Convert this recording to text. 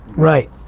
right,